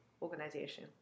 organization